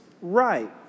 right